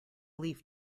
leaf